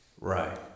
Right